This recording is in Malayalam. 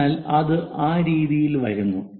അതിനാൽ അത് ആ രീതിയിൽ വരുന്നു